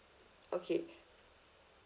okay